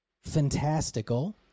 fantastical